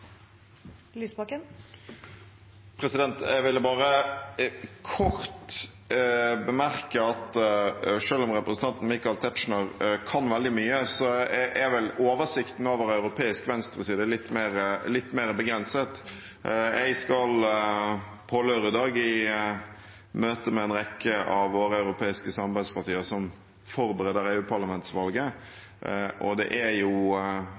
Jeg ville bare kort bemerke at selv om representanten Michael Tetzschner kan veldig mye, er vel oversikten over europeisk venstreside litt mer begrenset. Jeg skal på lørdag i møte med en rekke av våre europeiske samarbeidspartier som forbereder EU-parlamentsvalget, og det er